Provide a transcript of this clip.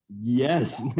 yes